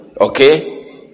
okay